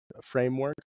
framework